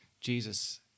Jesus